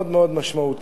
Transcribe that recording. מאוד מאוד משמעותית.